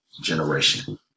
generation